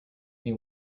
they